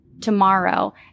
tomorrow